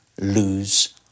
lose